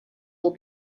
will